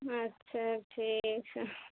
او اچھا ٹھیک ہے